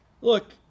Look